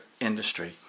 industry